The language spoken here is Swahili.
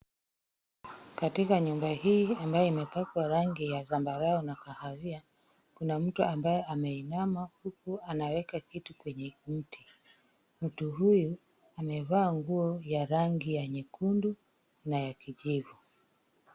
Katika nyumba hii ambayo imepakwa rangi ya zambarau na kahawia kuna mtu ambaye ameinama huku anaweka kitu kwenye mti. Mtu huyu amevaa nguo ya rangi ya nyekundu na ya kijivu.